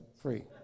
free